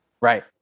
Right